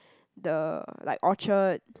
the like Orchard